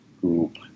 group